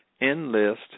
enlist